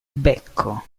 becco